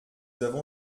avons